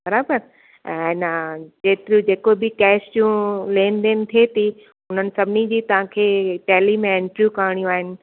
बराबरि ऐं है न जेतिरियूं जेको बि कैश जो लेन देन थिए थी उन्हनि सभिनी जी तव्हां खे टैली में एंट्रियूं करिणियूं आहिनि